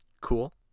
Cool